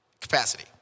capacity